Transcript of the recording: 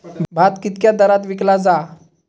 भात कित्क्या दरात विकला जा?